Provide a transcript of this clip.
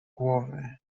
głowy